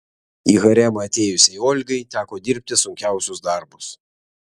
į haremą atėjusiai olgai teko dirbti sunkiausius darbus